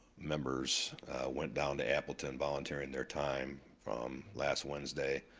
members went down to appleton, volunteering their time from last wednesday,